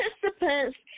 participants